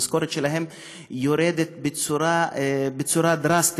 המשכורת שלהם יורדת בצורה דרסטית.